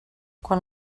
quan